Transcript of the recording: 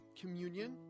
communion